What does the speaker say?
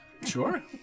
sure